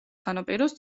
სანაპიროს